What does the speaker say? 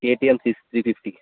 KTM CC three fifty